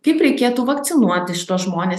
kaip reikėtų vakcinuoti šituos žmones